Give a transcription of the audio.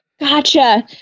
Gotcha